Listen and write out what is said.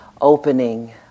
opening